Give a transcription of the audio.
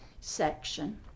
section